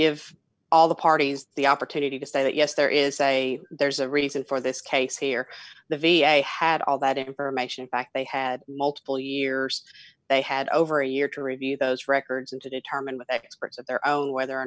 give all the parties the opportunity to say that yes there is a there's a reason for this case here the v a had all that information back they had multiple years they had over a year to review those records and to determine their own whether or